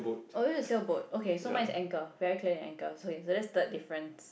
oh is a sailboat okay so mine is anchor very clearly an anchor so it's okay that's third difference